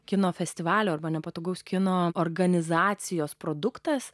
kino festivalio arba nepatogaus kino organizacijos produktas